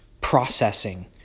processing